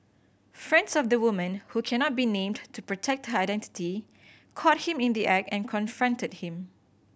friends of the woman who cannot be named to protect her identity caught him in the act and confronted him